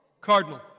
Cardinal